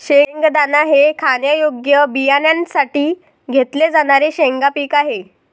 शेंगदाणा हे खाण्यायोग्य बियाण्यांसाठी घेतले जाणारे शेंगा पीक आहे